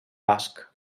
basc